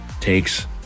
takes